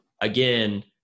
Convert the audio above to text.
again